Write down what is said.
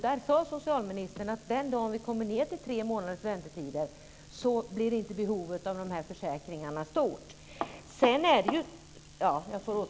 Där sade socialministern att den dagen vi kommer ned till tre månaders väntetid blir inte behovet av de här försäkringarna stort.